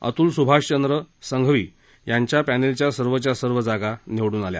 अतूल सुभाषचंद संघवी यांच्या पॅनलच्या सर्वच्या सर्व जागा निवडून आल्या